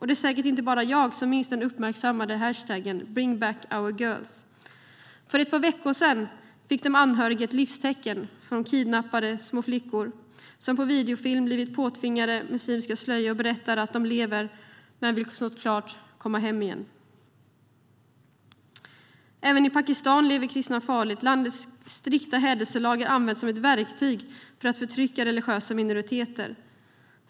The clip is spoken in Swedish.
Det är säkert inte bara jag som minns den uppmärksammade hashtaggen #bringbackourgirls. För ett par veckor sedan fick de anhöriga ett livstecken från kidnappade små flickor som på videofilm, påtvingade muslimska slöjor, berättade att de lever men såklart vill komma hem igen. Även i Pakistan lever kristna farligt. Landets strikta hädelselagar används som ett verktyg för att förtrycka religiösa minoriteter.